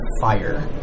fire